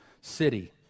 city